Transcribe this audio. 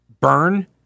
burn